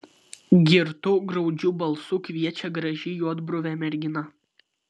girtu graudžiu balsu kviečia graži juodbruvė mergina